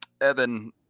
Evan